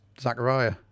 zachariah